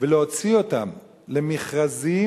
ולהוציא אותן למכרזים,